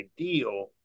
ideal